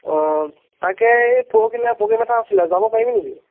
অঁ তাকে এই পৰহিলৈ প্ৰ'গ্ৰেম এটা আছিলে যাব পাৰিবি নেকি